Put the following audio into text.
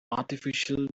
artificial